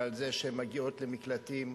ועל זה שהן מגיעות למקלטים,